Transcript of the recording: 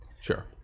Sure